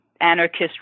anarchist